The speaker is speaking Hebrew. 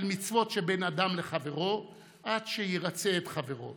מצוות שבין אדם לחברו עד שירצה את חברו